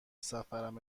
سفرم